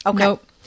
Okay